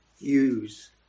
use